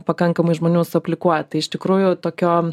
pakankamai žmonių suaplikuoja tai iš tikrųjų tokio